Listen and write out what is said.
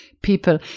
people